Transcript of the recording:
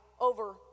over